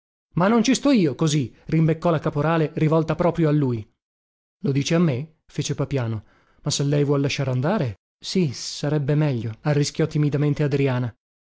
ma non ci sto io così rimbeccò la caporale rivolta proprio a lui lo dice a me fece papiano ma se lei vuol lasciare andare sì sarebbe meglio arrischiò timidamente adriana